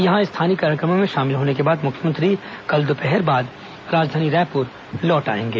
यहां स्थानीय कार्यक्रमों में शामिल होने के बाद मुख्यमंत्री कल दोपहर बाद राजधानी रायपूर लौट आएंगे